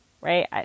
right